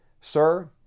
Sir